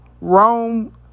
Rome